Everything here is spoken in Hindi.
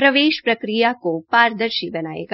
प्रवेश प्रक्रिया को पारदर्शी बनायेगा